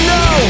no